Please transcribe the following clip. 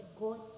God